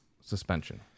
suspension